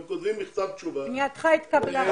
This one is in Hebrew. הם כותבים מכתב תשובה, שהפנייה נתקבלה,